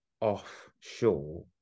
offshore